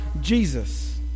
Jesus